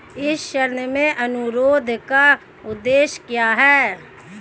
इस ऋण अनुरोध का उद्देश्य क्या है?